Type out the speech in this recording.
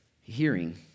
Hearing